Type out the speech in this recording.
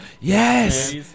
yes